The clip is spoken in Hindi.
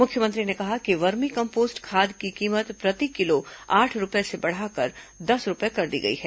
मुख्यमंत्री ने कहा कि वर्मी कम्पोस्ट खाद की कीमत प्रति किलो आठ रूपये से बढ़ाकर दस रूपये कर दी गई है